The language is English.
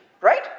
Right